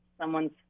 someone's